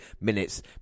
minutes